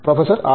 professor R